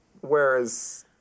Whereas